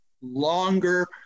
longer